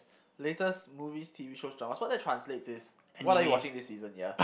latest movies T_V shows dramas what that translates is what are you watching this season ya